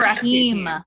team